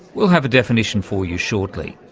we'll have a definition for you shortly.